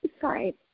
Sorry